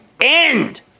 end